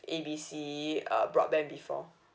A B C uh broadband before